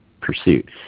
pursuit